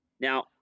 Now